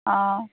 অঁ